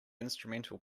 instrumental